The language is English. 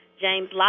James